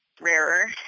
rarer